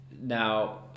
Now